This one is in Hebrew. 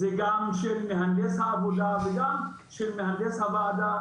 זה גם של מהנדס העבודה וגם של מהנדס הוועדה.